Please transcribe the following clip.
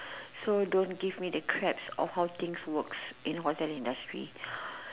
so don't give me the crap on how things work in hotel industry